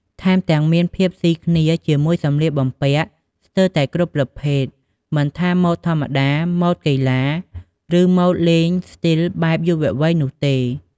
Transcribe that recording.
ថែមទាំង មានភាពស៊ីគ្នាជាមួយសម្លៀកបំពាក់ស្ទើរតែគ្រប់ប្រភេទ មិនថាម៉ូដធម្មតា ម៉ូដកីឡា ឬម៉ូដលេងស្ទីលបែបយុវវ័យនោះទេ។